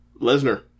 Lesnar